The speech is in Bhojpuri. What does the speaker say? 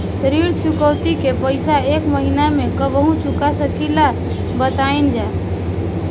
ऋण चुकौती के पैसा एक महिना मे कबहू चुका सकीला जा बताईन जा?